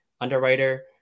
Underwriter